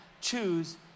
choose